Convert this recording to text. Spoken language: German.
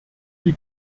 die